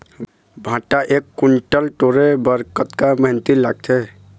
भांटा एक कुन्टल टोरे बर कतका मेहनती लागथे?